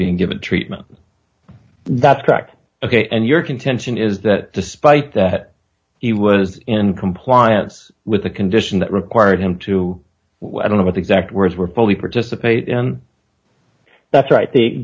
being given treatment that's correct ok and your contention is that despite that he was in compliance with a condition that required him to i don't know what the exact words were fully participate and that's right th